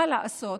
מה לעשות?